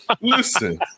listen